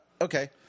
okay